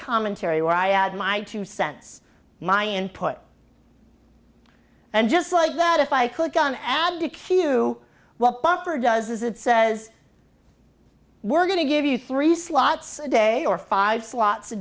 commentary where i add my two cents my input and just like that if i click on add to keep you what buffer does is it says we're going to give you three slots a day or five slots a